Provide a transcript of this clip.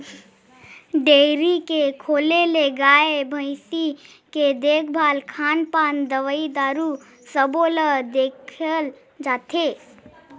dairy के खोले ले गाय, भइसी के देखभाल, खान पान, दवई दारू सबो ल देखल जाथे